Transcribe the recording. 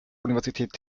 universität